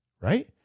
right